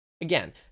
again